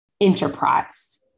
enterprise